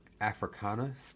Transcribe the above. Africana